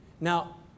Now